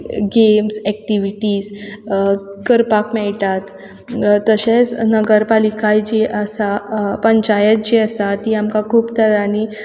games activities करपाक मेयटात तशेंच नगरपालिका जी आसा पंचायत जी आसा ती आमकां खूब तरांनी